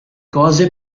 cose